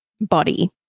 body